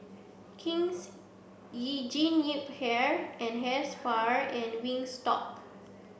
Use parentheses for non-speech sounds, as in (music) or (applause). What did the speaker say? King's (unintelligible) Jean Yip Hair and Hair Spa and Wingstop